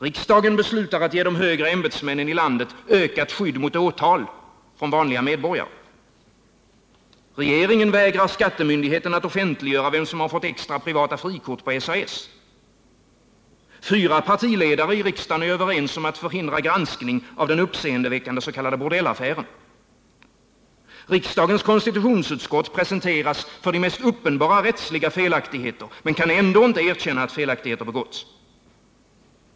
Riksdagen beslutar att ge de högre ämbetsmännen i landet ökat skydd mot åtal från vanliga medborgare. Regeringen vägrar skattemyndigheten att offentliggöra vem som fått extra privata frikort på SAS. Fyra partiledare i riksdagen är överens om att förhindra granskning av den uppseendeväckande s.k. bordellaffären. Riksdagens konstitutionsutskott presenteras för de mest uppenbara rättsliga felaktigheter, men kan ändå inte erkänna att felaktigheter begåtts.